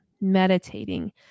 meditating